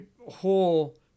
whole